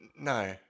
No